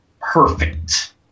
perfect